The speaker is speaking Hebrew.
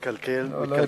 לא, לא התקלקל.